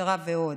משטרה ועוד.